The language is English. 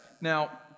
now